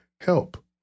Help